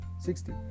sixty